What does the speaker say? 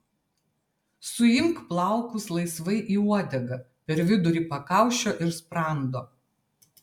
suimk plaukus laisvai į uodegą per vidurį pakaušio ir sprando